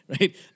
Right